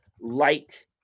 light